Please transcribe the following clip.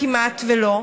כמעט ולא,